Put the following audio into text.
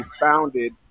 founded